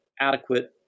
adequate